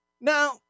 Now